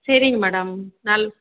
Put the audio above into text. சரிங்க மேடம் நல்